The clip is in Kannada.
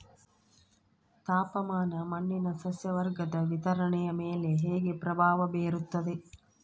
ತಾಪಮಾನ ಮಣ್ಣಿನ ಸಸ್ಯವರ್ಗದ ವಿತರಣೆಯ ಮೇಲೆ ಹೇಗೆ ಪ್ರಭಾವ ಬೇರುತ್ತದೆ?